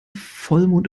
vollmond